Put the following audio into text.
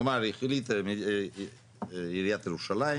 כלומר, החליטה עיריית ירושלים